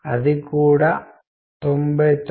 అలా కాకుండా hard skills నికొలవగలము